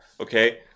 Okay